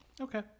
Okay